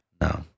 No